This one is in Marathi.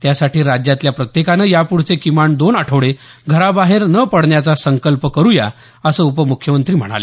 त्यासाठी राज्यातल्या प्रत्येकानं यापुढचे किमान दोन आठवडे घराबाहेर न पडण्याचा संकल्प करु या असं उपमुख्यमंत्री म्हणाले